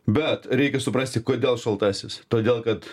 bet reikia suprasti kodėl šaltasis todėl kad